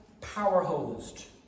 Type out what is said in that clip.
power-hosed